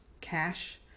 cash